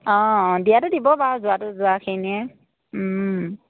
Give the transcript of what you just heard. অঁ দিয়াটো দিব বাৰু যোৱাটো যোৱাখিনিয়ে